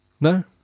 no